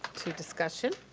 to discussion.